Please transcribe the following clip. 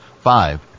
five